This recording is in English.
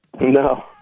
No